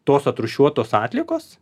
tos atrūšiuotos atliekos